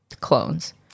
clones